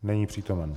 Není přítomen.